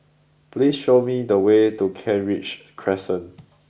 please show me the way to Kent Ridge Crescent